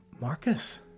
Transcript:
Marcus